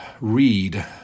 read